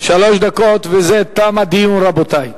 שלוש דקות, ובזה תם הדיון, רבותי.